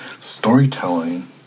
storytelling